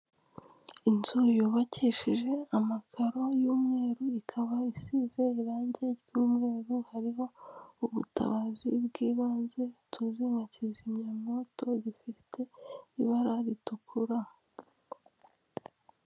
Inzu yubakishije amakaro y'umweru ikaba isize irangi ry'umweru, hariho ubutabazi bw'ibanze tuzi nka kizimyamwoto gifite ibara ritukura.